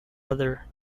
other